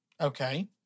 okay